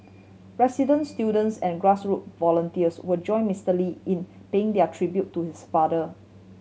residents students and grass root volunteers will join Mister Lee in paying their tribute to his father